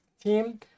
team